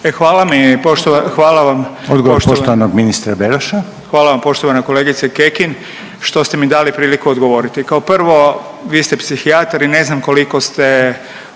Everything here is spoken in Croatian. Beroša. **Beroš, Vili (HDZ)** Hvala vam poštovana kolegice Kekin što ste mi dali priliku odgovoriti. Kao prvo vi ste psihijatar i ne znam koliko ste